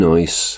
Nice